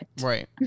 Right